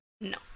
No